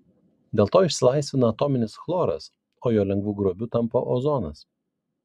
dėl to išsilaisvina atominis chloras o jo lengvu grobiu tampa ozonas